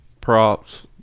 props